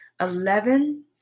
eleven